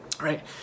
right